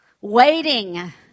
Waiting